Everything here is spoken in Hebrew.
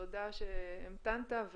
תודה שהמתנת.